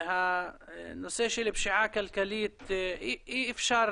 הנושא של הפשיעה הכלכלית אי אפשר